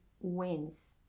wins